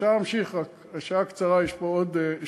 אפשר להמשיך, רק השעה קצרה, יש פה עוד שאלות.